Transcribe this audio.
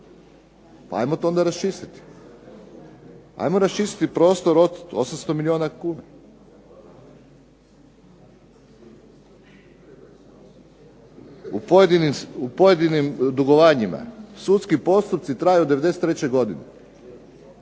protiv korupcije, ajmo raščistiti prostor od 800 milijuna kuna. U pojedinim dugovanjima sudski postupci traju od 93. godine,